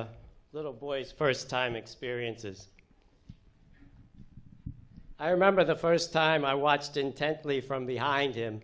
a little boy's first time experiences i remember the first time i watched intently from behind him